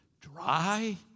dry